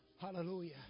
hallelujah